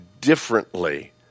differently